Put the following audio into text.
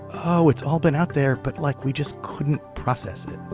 oh it's all been out there but like we just couldn't process it.